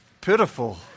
pitiful